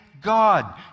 God